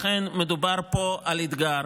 לכן מדובר פה על אתגר